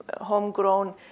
homegrown